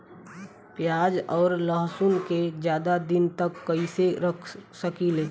प्याज और लहसुन के ज्यादा दिन तक कइसे रख सकिले?